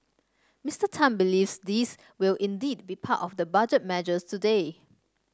Mister Tan believes these will indeed be part of the Budget measures today